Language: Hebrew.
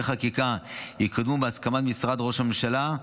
חקיקה יקודם בהסכמת משרד ראש הממשלה,